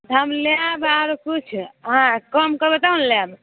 हम लेब आर किछु अहाँ कम करबै तब ने लेब